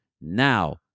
Now